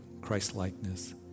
Christ-likeness